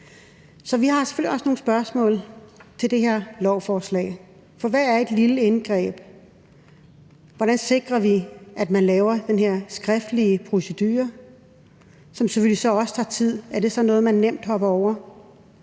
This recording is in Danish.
Så vi har selvfølgelig også nogle spørgsmål til det her lovforslag. For hvad er et lille indgreb? Hvordan sikrer vi, at man laver den her skriftlige procedure, som selvfølgelig også tager tid? Er det så noget, man nemt springer over?